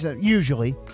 usually